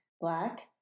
black